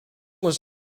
was